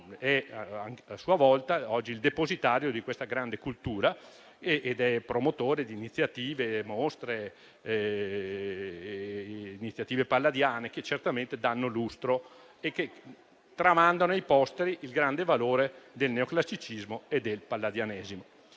Palladio ed oggi depositario di questa grande cultura. Come tale, è promotore di mostre e iniziative palladiane che certamente danno lustro e che tramandano ai posteri il grande valore del neoclassicismo e del palladianesimo.